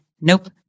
Nope